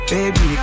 Baby